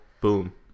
Boom